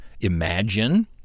Imagine